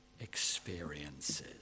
experiences